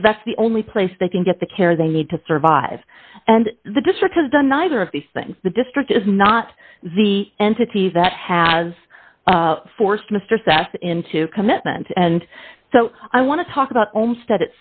because that's the only place they can get the care they need to survive and the district has done neither of these things the district is not the entity that has forced mr sas into commitment and so i want to talk about own